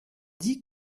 dit